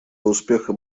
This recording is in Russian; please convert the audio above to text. успеха